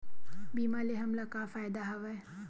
बीमा ले हमला का फ़ायदा हवय?